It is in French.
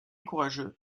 courageux